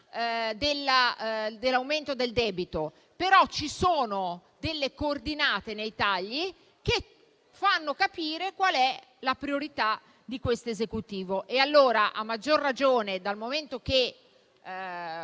a quello del debito), ma ci sono delle coordinate nei tagli che fanno capire qual è la priorità di questo Esecutivo. A maggior ragione, dal momento che